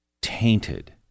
tainted